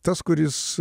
tas kuris